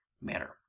manner